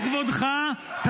לכבודך,